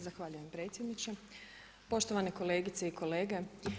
Zahvaljujem predsjedniče, poštovane kolegice i kolege.